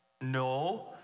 No